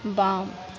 बाम